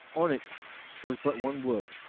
on it was but one word